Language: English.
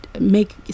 make